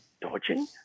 dodging